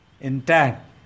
intact